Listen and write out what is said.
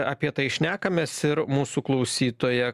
apie tai šnekamės ir mūsų klausytoja